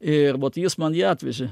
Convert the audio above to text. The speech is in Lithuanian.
ir vot jis man jį atvežė